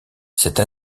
cette